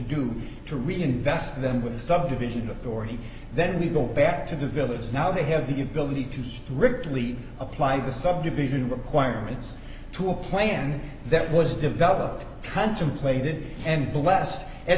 do to reinvest them with a subdivision authority then we go back to the village now they have the ability to strictly apply the subdivision requirements to a plan that was developed contemplated and blessed a